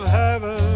heaven